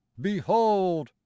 Behold